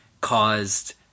caused